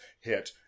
hit